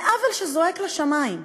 זה עוול שזועק לשמים.